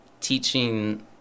teaching